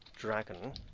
Dragon